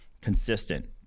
consistent